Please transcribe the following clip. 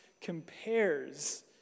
compares